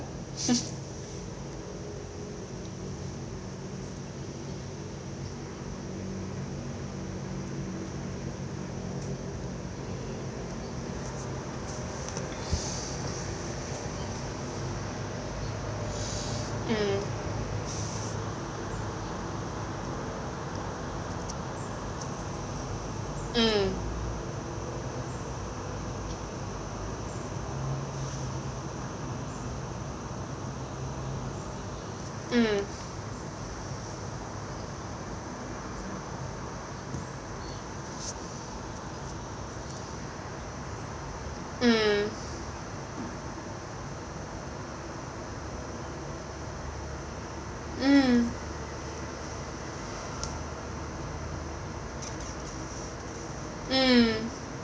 mm mm mm mm mm mm